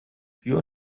tür